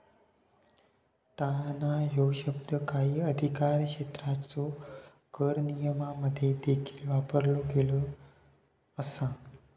टाळणा ह्यो शब्द काही अधिकारक्षेत्रांच्यो कर नियमांमध्ये देखील वापरलो गेलो असा